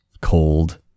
cold